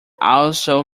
also